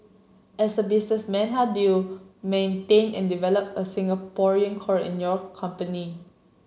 as a businessman how do you maintain and develop a Singaporean core in your company